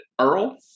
Earl